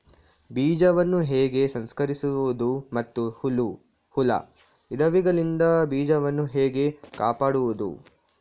ಬೀಜವನ್ನು ಹೇಗೆ ಸಂಸ್ಕರಿಸುವುದು ಮತ್ತು ಹುಳ, ಇರುವೆಗಳಿಂದ ಬೀಜವನ್ನು ಹೇಗೆ ಕಾಪಾಡುವುದು?